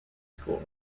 school